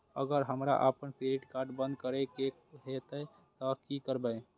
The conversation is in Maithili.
अगर हमरा आपन क्रेडिट कार्ड बंद करै के हेतै त की करबै?